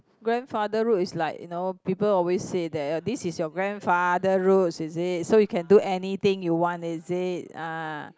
grandfather road is like you know people always say that this is your grandfather road is it so you can do anything you want is it ah